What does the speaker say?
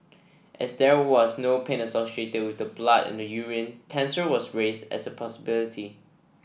as there was no pain associated with the blood in the urine cancer was raised as a possibility